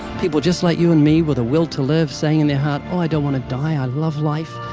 people just like you and me with a will to live saying in their heart, oh, i don't want to die. i love life.